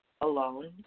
alone